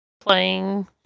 playing